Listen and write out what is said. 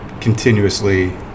continuously